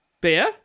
beer